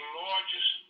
largest